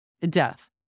death